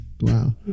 Wow